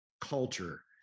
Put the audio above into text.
culture